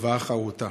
צוואה חרותה.